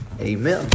Amen